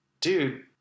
dude